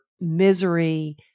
misery